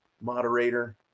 moderator